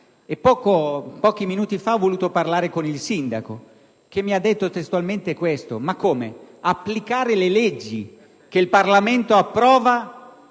Pochi minuti fa, ho voluto parlare con il sindaco di Coccaglio, che mi ha testualmente detto: ma come, applicare le leggi che il Parlamento approva